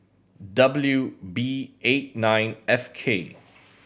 W B eight nine F K